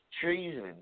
treason